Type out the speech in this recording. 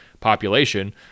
population